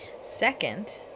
Second